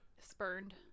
spurned